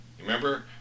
Remember